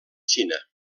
xina